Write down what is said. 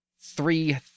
three